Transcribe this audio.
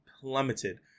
plummeted